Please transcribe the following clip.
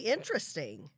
Interesting